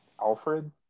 Alfred